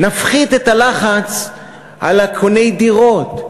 נפחית את הלחץ על קוני הדירות.